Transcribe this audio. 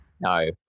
No